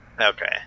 Okay